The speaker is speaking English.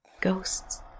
ghosts